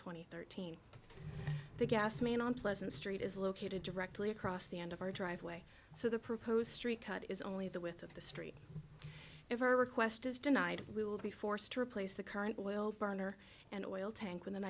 and thirteen the gas man on pleasant street is located directly across the end of our driveway so the proposed street cut is only at the with of the street if a request is denied we will be forced to replace the current oil burner and oil tank with an